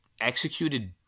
executed